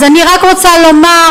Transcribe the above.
אז אני רק רוצה לומר,